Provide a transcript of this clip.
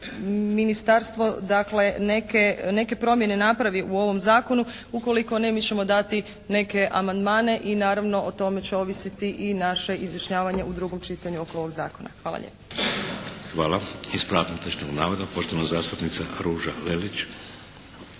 neke, neke promjene napravi u ovom zakonu. Ukoliko ne mi ćemo dati neke amandmane i naravno o tome će ovisiti i naše izjašnjavanje u drugom čitanju oko ovog zakona. Hvala lijepa. **Šeks, Vladimir (HDZ)** Hvala. Ispravak netočnog navoda poštovana zastupnica Ruža Lelić.